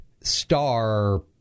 star